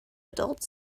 adults